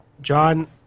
john